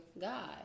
God